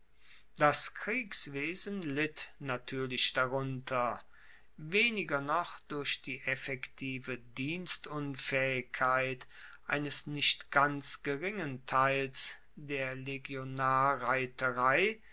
das kriegswesen litt natuerlich darunter weniger noch durch die effektive dienstunfaehigkeit eines nicht ganz geringen teils der